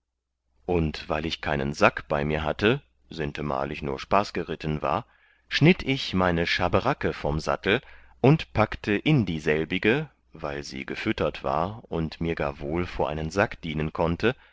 und weil ich keinen sack bei mir hatte sintemal ich nur spaßgeritten war schnitt ich meine schaberacke vom sattel und packte in dieselbige weil sie gefüttert war und mir gar wohl vor einen sack dienen konnte